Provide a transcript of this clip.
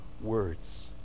words